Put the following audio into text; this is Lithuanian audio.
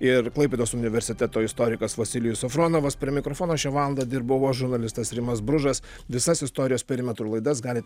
ir klaipėdos universiteto istorikas vasilijus safronovas prie mikrofono šią valandą dirbau aš žurnalistas rimas bružas visas istorijos perimetrų laidas galit